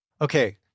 Okay